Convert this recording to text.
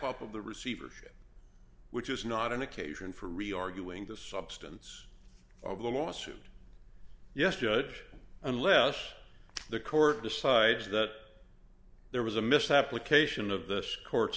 up of the receivership which is not an occasion for re arguing the substance of the lawsuit yes judge unless the court decides that there was a mishap location of this court's